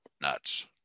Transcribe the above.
nuts